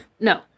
No